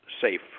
safe